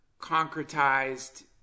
concretized